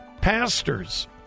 pastors